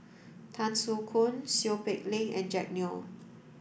Tan Soo Khoon Seow Peck Leng and Jack Neo